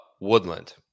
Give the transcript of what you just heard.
Woodland